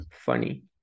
funny